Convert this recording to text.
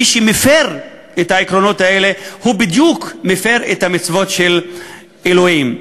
מי שמפר את העקרונות האלה מפר בדיוק את המצוות של אלוהים.